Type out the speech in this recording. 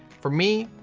for me,